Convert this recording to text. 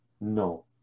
No